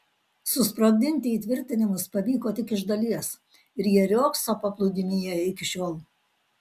susprogdinti įtvirtinimus pavyko tik iš dalies ir jie riogso paplūdimyje iki šiol